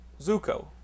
Zuko